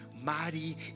mighty